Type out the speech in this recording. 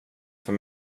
för